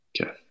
okay